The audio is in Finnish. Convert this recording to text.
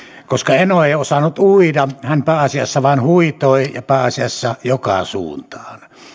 eno ei osannut uida hän pääasiassa vain huitoi ja pääasiassa joka suuntaan